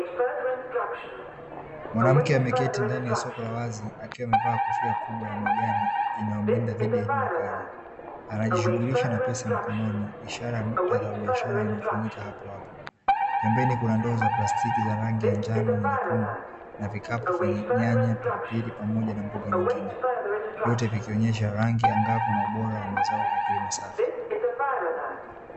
Mwanamke ameketi ndani ya soko la wazi akiwa amevaa kofia kubwa ya majani inayomlinda dhidi ya jua kali, anajishughulisha na pesa mkononi, ishara ya muktadha wa biashara inafanyika hapo hapo pembeni kuna ndoo za plastiki za rangi ya njano na nyekundu na vikapu vyenye nyanya, pilipili pamoja na mboga nyingine, vyote vikionyesha rangi angavu na ubora wa mazao ya kilimo safi.